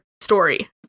story